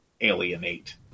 alienate